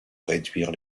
réduire